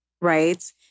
right